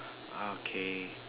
okay